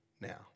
now